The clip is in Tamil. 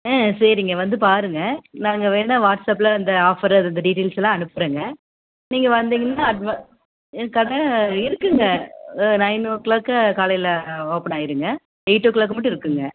ஆ சரிங்க வந்து பாருங்கள் நாங்கள் வேணா வாட்ஸ் ஆப்பில் அந்த ஆஃபரு அந்தந்த டீடெயில்ஸ்லாம் அனுப்புறேங்க நீங்கள் வந்திங்கன்னா அட்வான் எங்கள் கடை இருக்குங்க நைன் ஓ கிளாக் காலையில ஓப்பன் ஆயிருங்க எயிட் ஓ கிளாக் மட்டும் இருக்குங்க